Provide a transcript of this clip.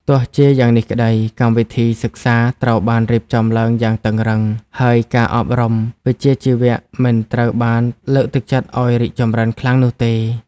ទោះជាយ៉ាងនេះក្តី កម្មវិធីសិក្សាត្រូវបានរៀបចំឡើងយ៉ាងតឹងរ៉ឹង ហើយការអប់រំវិជ្ជាជីវៈមិនត្រូវបានលើកទឹកចិត្តឱ្យរីកចម្រើនខ្លាំងនោះទេ។